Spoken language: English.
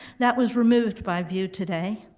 that was removed by view today.